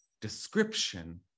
description